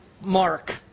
Mark